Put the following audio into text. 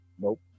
Nope